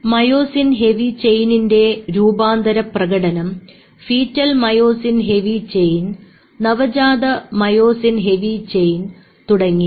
myosin heavy ചെയിനിന്റെ രൂപാന്തരപ്രകടനം foetal myosin heavy chain നവജാത മയോസിൻ ഹെവി ചെയിൻ തുടങ്ങിയവ